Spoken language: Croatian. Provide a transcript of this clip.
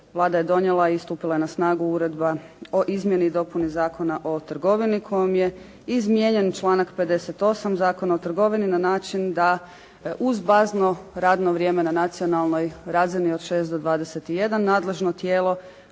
Vlada je donijela i stupila je na snagu Uredba o izmjeni i dopuni Zakona o trgovini kojom je izmijenjen članak 58. Zakona o trgovini na način da uz bazno radno vrijeme na nacionalnoj razini od 6 do 21, nadležno tijelo